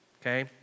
okay